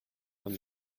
von